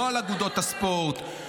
לא על אגודות הספורט,